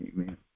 Amen